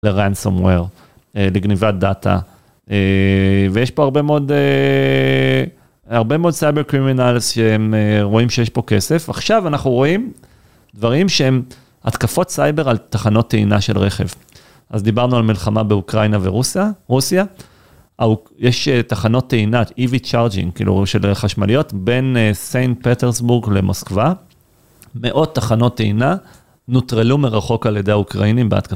ל-Ransomware, לגניבת דאטה ויש פה הרבה מאוד, הרבה מאוד סייבר קרימינלס שהם רואים שיש פה כסף. עכשיו אנחנו רואים דברים שהם התקפות סייבר על תחנות טעינה של רכב. אז דיברנו על מלחמה באוקראינה ורוסיה, יש תחנות טעינה EV Charging, כאילו של חשמליות, בין סנט פטרסבורג למוסקבה. מאות תחנות טעינה נוטרלו מרחוק על ידי האוקראינים בהתקפות.